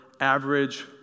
average